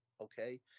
Okay